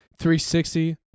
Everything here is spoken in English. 360